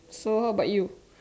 so how about you